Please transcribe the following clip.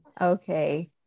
okay